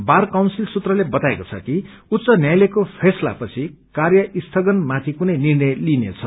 बार council सूत्रले बताएको छ कि उच्च न्यायालयको फैसलापछि कार्य स्थगनमाथि कुनै निर्णय लिइनेछ